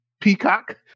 Peacock